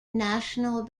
national